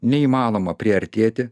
neįmanoma priartėti